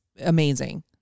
amazing